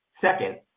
Second